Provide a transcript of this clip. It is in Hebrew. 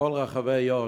בכל רחבי יו"ש.